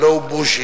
הלוא הוא בוז'י.